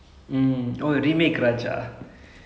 then Thani Oruvan oruvan was the first movie